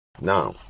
Now